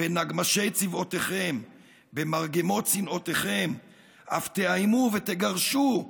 בנגמ"שי צבאותיכם / במרגמות שנאותיכם / אף תאיימו / ותגרשו /